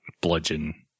Bludgeon-